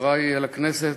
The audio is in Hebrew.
חברי לכנסת,